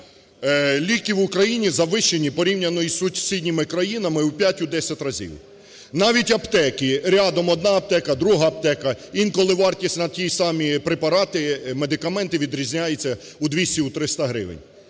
Ліки в Україні завищені порівняно із сусідніми країнами в 5-10 разів. Навіть аптеки, рядом одна аптека, друга аптека, інколи вартість на ті самі препарати, медикаменти відрізняються у 200, у 300 гривень.